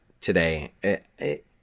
today